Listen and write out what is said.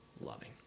loving